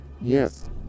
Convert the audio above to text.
Yes